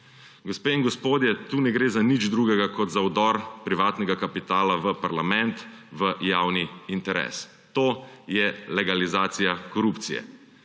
Gospe in gospodje, tu ne gre za nič drugega kot za vdor privatnega kapitala v parlament, v javni interes. To je legalizacija korupcije.